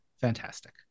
fantastic